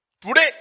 Today